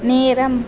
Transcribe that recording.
நேரம்